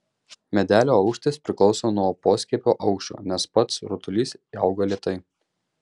medelio aukštis priklauso nuo poskiepio aukščio nes pats rutulys auga lėtai